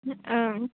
ओं